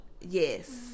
Yes